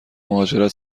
مهاجرت